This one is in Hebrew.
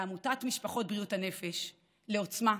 לעמותת "משפחות בריאות הנפש", ל"עוצמה",